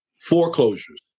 foreclosures